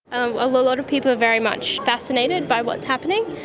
a lot of people are very much fascinated by what is happening.